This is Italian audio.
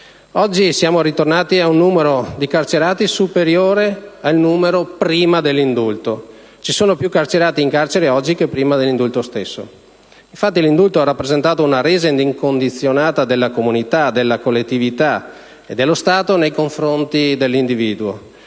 Oggi siamo ritornati a un numero di carcerati superiore al numero di prima dell'indulto. Ci sono più carcerati in carcere oggi che prima dell'indulto stesso. Infatti, l'indulto ha rappresentato una resa incondizionata della comunità, della collettività e dello Stato nei confronti dell'individuo.